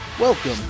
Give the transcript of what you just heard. Welcome